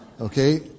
okay